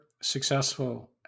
successful